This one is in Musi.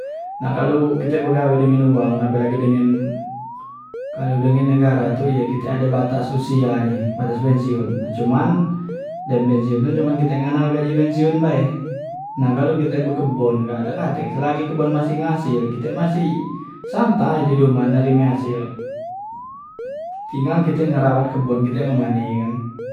Nah kalu kite begawe dengan uwang apelagi dengan, kalu dengan negara tu ye kite ade batas usianye batas pensiun nah cuman dem pensiun tu cuman kite ngandal gaji pensiun bae nah kalu kite bekebon kak dak katek selagi kebon masi ngasel kite masih santai di dumah nerime hasel, tinggal kite ngerawat kebon kite mak mane kan.